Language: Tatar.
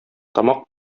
тамак